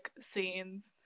scenes